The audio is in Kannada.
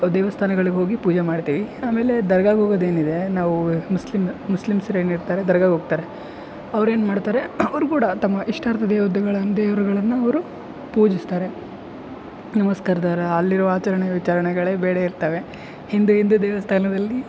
ದೇವಸ್ಥಾನಗಳಿಗೆ ಹೋಗಿ ಪೂಜೆ ಮಾಡ್ತೀವಿ ಆಮೇಲೆ ದರ್ಗಾಕ್ಕೆ ಹೋಗೋದು ಏನಿದೆ ನಾವು ಮುಸ್ಲಿಂ ಮುಸ್ಲಿಂಸರು ಏನಿರ್ತಾರೆ ದರ್ಗಾಕ್ಕೆ ಹೋಗ್ತಾರೆ ಅವ್ರು ಏನು ಮಾಡ್ತಾರೆ ಅವ್ರು ಕೂಡ ತಮ್ಮ ಇಷ್ಟಾರ್ಥ ದೇವತೆಗಳನ್ನು ದೇವರುಗಳನ್ನು ಅವರು ಪೂಜಿಸ್ತಾರೆ ನಮಸ್ಕಾರದರ ಅಲ್ಲಿರುವ ಆಚರಣೆ ವಿಚಾರ್ಣೆಗಳೇ ಬೇರೆ ಇರ್ತಾವೆ ಹಿಂದೆ ಹಿಂದೆ ದೇವಸ್ಥಾನದಲ್ಲಿ